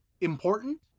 important